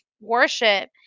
worship